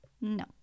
No